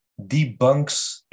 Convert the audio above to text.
debunks